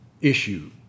issue